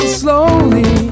slowly